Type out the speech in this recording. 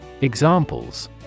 Examples